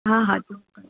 હા હા ચોક્કસ